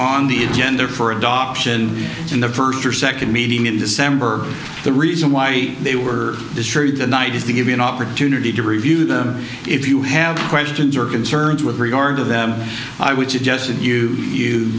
on the agenda for adoption in the first or second meeting in december the reason why they were destroyed tonight is to give you an opportunity to review them if you have questions or concerns with regard to them i would suggest that you you